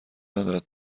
ندارد